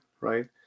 right